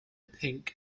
pink